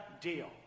deal